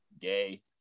Gay